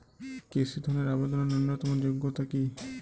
কৃষি ধনের আবেদনের ন্যূনতম যোগ্যতা কী?